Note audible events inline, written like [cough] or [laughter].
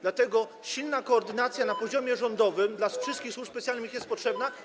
Dlatego silna koordynacja na poziomie rządowym [noise] wszystkich służb specjalnych jest potrzebna.